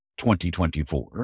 2024